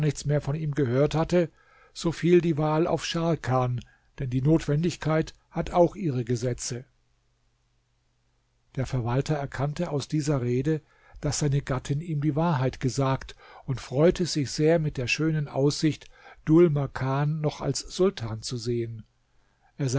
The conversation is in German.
nichts mehr von ihm gehört hatte so fiel die wahl auf scharkan denn die notwendigkeit hat auch ihre gesetze der verwalter erkannte aus dieser rede daß seine gattin ihm die wahrheit gesagt und freute sich sehr mit der schönen aussicht dhul makan noch als sultan zu sehen